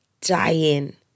dying